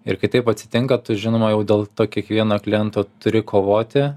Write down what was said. ir kai taip atsitinka tu žinoma jau dėl to kiekvieno kliento turi kovoti